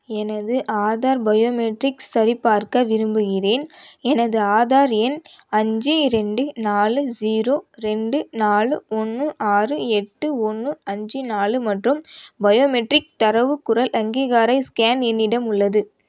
எனது ஆதார் பயோமெட்ரிக்ஸ் சரிபார்க்க விரும்புகிறேன் எனது ஆதார் எண் அஞ்சு ரெண்டு நாலு ஜீரோ ரெண்டு நாலு ஒன்று ஆறு எட்டு ஒன்று அஞ்சு நாலு மற்றும் பயோமெட்ரிக் தரவு குரல் அங்கீகார ஸ்கேன் என்னிடம் உள்ளது